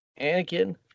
Anakin